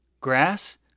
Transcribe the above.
Grass